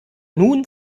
nun